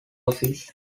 office